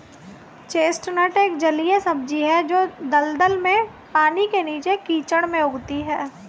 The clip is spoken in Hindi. चेस्टनट एक जलीय सब्जी है जो दलदल में, पानी के नीचे, कीचड़ में उगती है